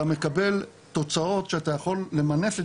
אתה מקבל תוצאות שאתה יכול למנף את